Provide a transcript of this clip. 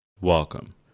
Welcome